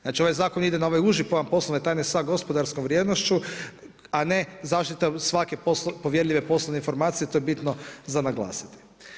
Znači, ovaj zakon ide na ovaj uži pojam poslovne tajne sa gospodarskom vrijednošću a ne zaštitom svake povjerljive poslovne informacije, to je bitno za naglasiti.